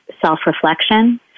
self-reflection